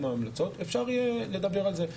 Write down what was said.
ההמלצות בהחלט אפשר יהיה לדבר על זה.